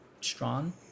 Strong